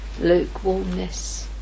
lukewarmness